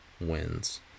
wins